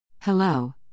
Hello